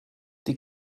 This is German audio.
die